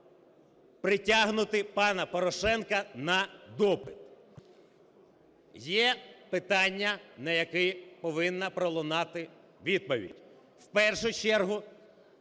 притягнути пана Порошенка на допит. Є питання, на які повинна пролунати відповідь,